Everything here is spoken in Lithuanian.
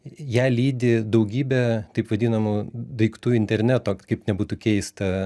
ją lydi daugybė taip vadinamų daiktų interneto kaip nebūtų keista